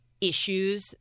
issues